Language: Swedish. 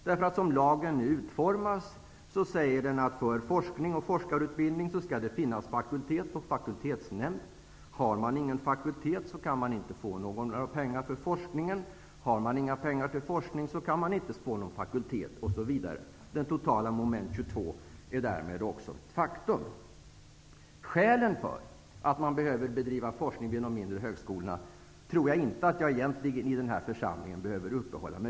Som lagen utformas säger den att det skall finnas fakultet och fakultetsnämnd för att man skall få ha forskning och forskarutbildning. Har man ingen fakultet, kan man inte få några pengar för forskningen. Har man inga pengar till forskning, kan man inte få någon fakultet osv. Det totala Moment 22 är därmed ett faktum. Jag tror egentligen inte att jag, i den här församlingen, behöver uppehålla mig vid skälen för att man behöver bedriva forskning vid de mindre högskolorna.